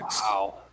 Wow